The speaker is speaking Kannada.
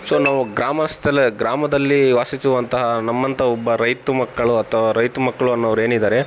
ಸೊ ನಾವು ಗ್ರಾಮಸ್ಥಳ ಗ್ರಾಮದಲ್ಲಿ ವಾಸಿಸುವಂತಹ ನಮ್ಮಂಥ ಒಬ್ಬ ರೈತ ಮಕ್ಕಳು ಅಥವಾ ರೈತ ಮಕ್ಕಳು ಅನ್ನೋವ್ರು ಏನಿದ್ದಾರೆ